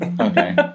Okay